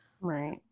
Right